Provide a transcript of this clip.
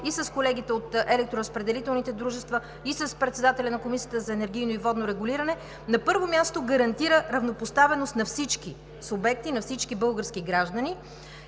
дружества, и с председателя на Комисията за енергийно и водно регулиране на първо място, гарантира равнопоставеност на всички субекти, на всички български граждани,